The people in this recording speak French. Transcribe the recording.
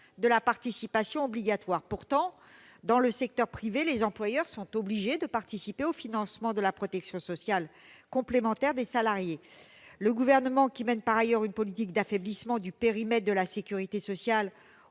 de la participation obligatoire. Pourtant, dans le secteur privé, les employeurs sont obligés de participer au financement de la protection sociale complémentaire des salariés. Le Gouvernement, qui mène par ailleurs une politique d'affaiblissement du périmètre de la sécurité sociale